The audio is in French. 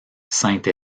sainte